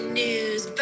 news